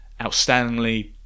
outstandingly